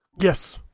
Yes